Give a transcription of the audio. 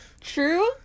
True